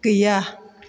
गैया